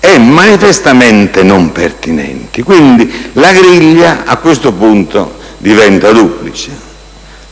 «e manifestamente non pertinenti». Quindi la griglia a questo punto diventa duplice.